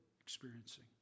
experiencing